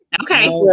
okay